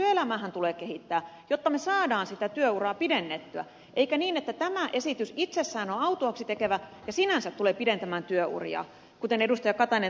sitä työelämäähän tulee kehittää jotta saadaan sitä työuraa pidennettyä eikä ole niin että tämä esitys itsessään on autuaaksi tekevä ja sinänsä tulee pidentämään työuria kuten ed